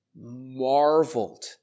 marveled